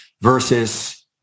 versus